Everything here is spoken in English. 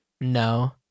No